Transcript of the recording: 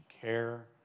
care